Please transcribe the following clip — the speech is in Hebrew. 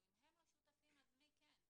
אם הם לא שותפים, אז מי כן?